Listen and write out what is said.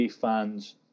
fans